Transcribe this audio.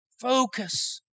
focus